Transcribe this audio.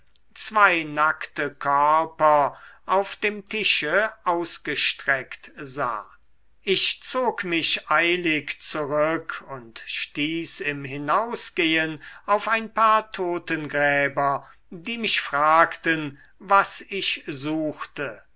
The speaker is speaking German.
zwei nackte körper auf dem tische ausgestreckt sah ich zog mich eilig zurück und stieß im hinausgehen auf ein paar totengräber die mich fragten was ich suchte